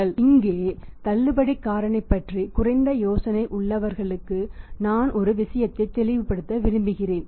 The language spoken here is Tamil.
இங்கே தள்ளுபடி காரணி பற்றி குறைந்த யோசனை உள்ளவர்களுக்கு நான் ஒரு விஷயத்தை தெளிவுபடுத்த விரும்புகிறேன்